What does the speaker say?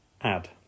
add